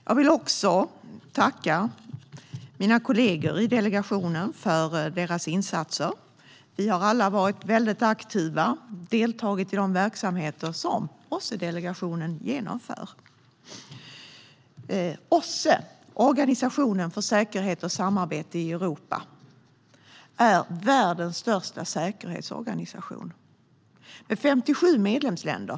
Jag vill också tacka mina kollegor i delegationen för deras insatser. Vi har alla varit aktiva och deltagit i de verksamheter som OSSE-delegationen genomfört. OSSE, Organisationen för säkerhet och samarbete i Europa, är världens största säkerhetsorganisation med 57 medlemsländer.